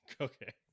Okay